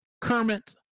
Kermit